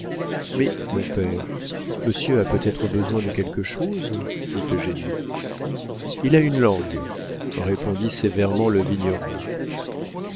mais mon père monsieur a peut-être besoin de quelque chose dit eugénie il a une langue répondit sévèrement le vigneron